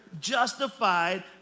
justified